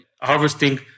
harvesting